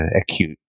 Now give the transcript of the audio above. acute